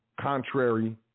contrary